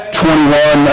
21